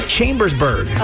Chambersburg